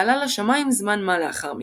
ועלה לשמים זמן-מה לאחר מכן.